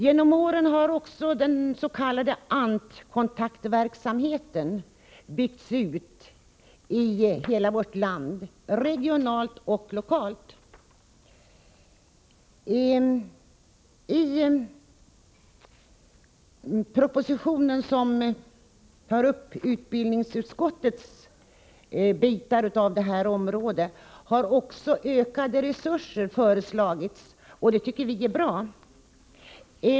Genom åren har också den s.k. ANT-kontaktverksamheten byggts ut i hela vårt land, regionalt och lokalt. I den del av propositionen som tar upp utbildningsutskottets område har ökade resurser föreslagits, och det är bra.